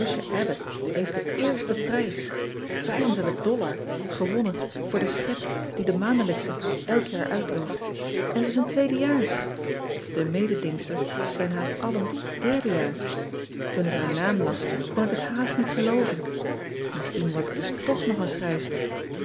heeft den eersten prijs gewonnen voor de schets die e aandelijksche elk jaar uit looft n ze is een tweede jaars e mededingsters zijn haast allen derde jaars oen ik mijn naam las kon ik het haast niet gelooven isschien wordt ik dus toch nog een schrijfster